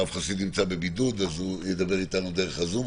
הרב חסיד נמצא בבידוד, אז הוא ידבר אתנו דרך הזום.